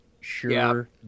sure